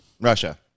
Russia